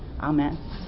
amen